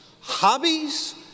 hobbies